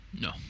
No